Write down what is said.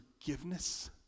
forgiveness